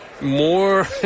more